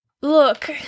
Look